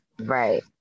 right